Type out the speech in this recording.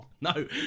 No